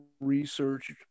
researched